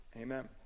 Amen